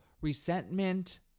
resentment